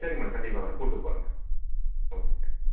சரி மேடம் கண்டிப்பாங்க நான் கூப்பிட்டு போகிறேங்க ஓகே தேங்க்கியூ